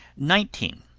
nineteen.